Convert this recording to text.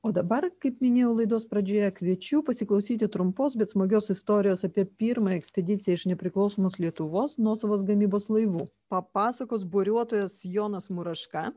o dabar kaip minėjau laidos pradžioje kviečiu pasiklausyti trumpos bet smagios istorijos apie pirmąją ekspediciją iš nepriklausomos lietuvos nuosavos gamybos laivų papasakos buriuotojas jonas muraška